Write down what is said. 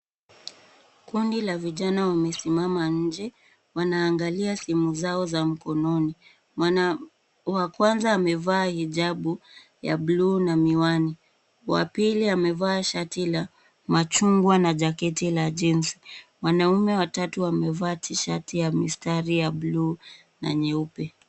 Kundi la vijana wamesimama inje, wanaangalia simu zao za mkononi. Mwana wa kwanza amevaa ijabu na miwani, wa pili amevaa sharti ya machungwa, mwanaume wa tatu amevaa shati ya mstari ya blue na nyeupe.